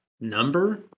number